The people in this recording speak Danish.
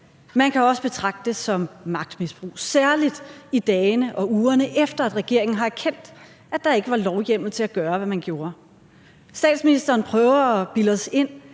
Man kan også betragte det som magtmisbrug, særlig i dagene og ugerne efter at regeringen har erkendt, at der ikke var lovhjemmel til at gøre, hvad man gjorde. Statsministeren prøver at bilde os ind,